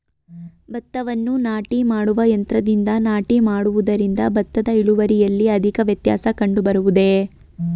ಭತ್ತವನ್ನು ನಾಟಿ ಮಾಡುವ ಯಂತ್ರದಿಂದ ನಾಟಿ ಮಾಡುವುದರಿಂದ ಭತ್ತದ ಇಳುವರಿಯಲ್ಲಿ ಅಧಿಕ ವ್ಯತ್ಯಾಸ ಕಂಡುಬರುವುದೇ?